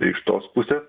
tai iš tos pusės